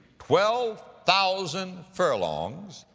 twelve thousand furlongs.